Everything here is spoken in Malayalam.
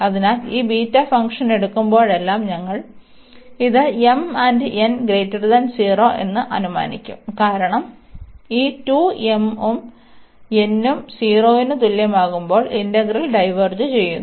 അതിനാൽ ഈ ബീറ്റ ഫംഗ്ഷൻ എടുക്കുമ്പോഴെല്ലാം ഞങ്ങൾ ഇത് എന്ന് അനുമാനിക്കും കാരണം ഈ ഉം n ഉം 0 ന് തുല്യമാകുമ്പോൾ ഇന്റഗ്രൽ ഡൈവേർജ് ചെയ്യുന്നു